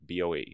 BOE